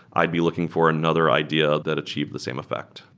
i'd be looking for another idea that achieve the same effect.